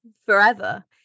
forever